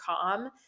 Calm